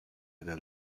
del